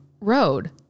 road